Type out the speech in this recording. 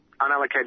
unallocated